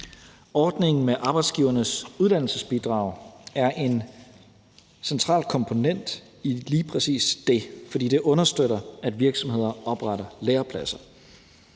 Ordningen med Arbejdsgivernes Uddannelsesbidrag er en central komponent i lige præcis det, for det understøtter, at virksomheder opretter lærepladser.